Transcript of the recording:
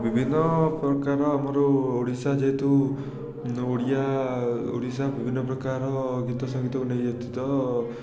ବିଭିନ୍ନପ୍ରକାର ଆମର ଓଡ଼ିଶା ଯେହେତୁ ଓଡ଼ିଆ ଓଡ଼ିଶା ବିଭିନ୍ନ ପ୍ରକାର ଗୀତ ସଙ୍ଗୀତକୁ ନେଇ ଏଠି ତ